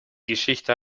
geschichte